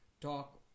talk